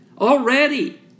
already